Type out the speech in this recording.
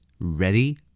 Ready